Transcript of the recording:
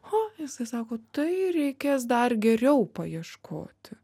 ha jisai sako tai reikės dar geriau paieškoti